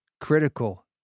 critical